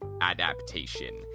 adaptation